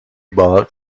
bought